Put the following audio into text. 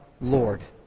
Lord